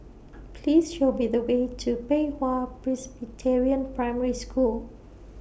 Please Show Me The Way to Pei Hwa Presbyterian Primary School